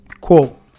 Quote